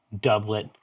doublet